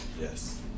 Yes